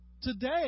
today